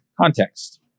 context